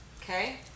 Okay